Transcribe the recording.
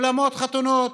אולמות חתונות,